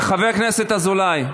חבר הכנסת אזולאי.